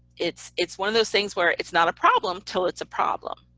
it's it's one of those things where it's not a problem until it's a problem.